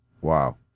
Wow